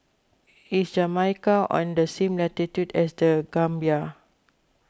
is Jamaica on the same latitude as the Gambia